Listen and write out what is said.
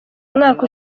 umwaka